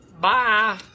bye